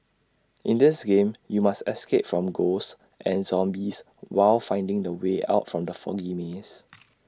in this game you must escape from ghosts and zombies while finding the way out from the foggy maze